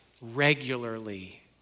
regularly